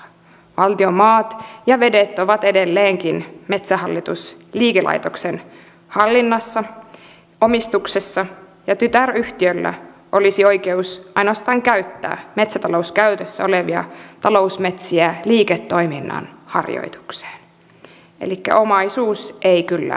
valtion maat ja vedet ovat edelleenkin metsähallitus liikelaitoksen hallinnassa omistuksessa ja tytäryhtiöllä olisi oikeus ainoastaan käyttää metsätalouskäytössä olevia talousmetsiä liiketoiminnan harjoittamiseen elikkä omaisuus ei kyllä vaihdu